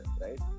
right